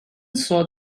saw